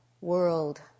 world